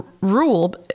rule